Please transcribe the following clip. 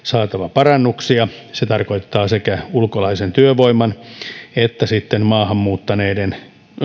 parannuksia se tarkoittaa sekä ulkolaisen työvoiman että sitten maahan muuttaneiden